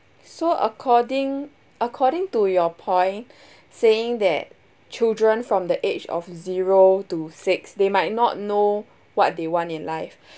so according according to your point saying that children from the age of zero to six they might not know what they want in life